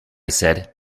said